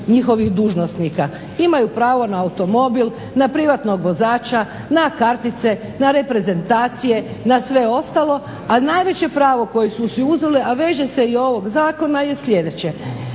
njihovih dužnosnika. Imaju pravo na automobil, na privatnog vozača, na kartice, na reprezentacije, na sve ostalo, a najveće pravo koje su si uzeli, a veže se i ovog zakona je sljedeće: